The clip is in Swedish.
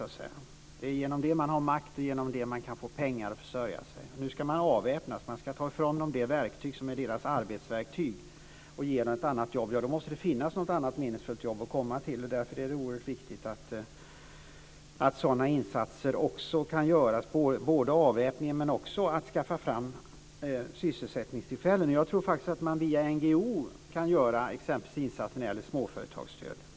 Det är genom det man har makt och genom det man kan få pengar att försörja sig. Nu ska de avväpnas. Man ska ta ifrån dem deras arbetsverktyg och ge dem ett annat jobb. Då måste det finnas något annat meningsfullt jobb att komma till. Därför är det oerhört viktigt att sådana insatser också kan göras. Det handlar alltså om avväpning, men också om att skaffa fram sysselsättningstillfällen. Jag tror faktiskt att man t.ex. via NGO:er kan göra insatser när det gäller småföretagsstöd.